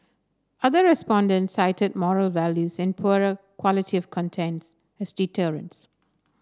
other respondent cited moral values and poorer quality of contents as deterrents